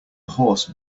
horse